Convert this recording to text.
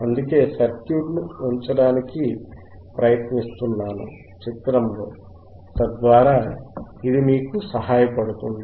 అందుకే సర్క్యూట్ ని చిత్రం లో ఉంచడానికి ప్రయత్నిస్తున్నాను తద్వారా ఇది మీకు సహాయపడుతుంది